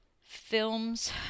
Films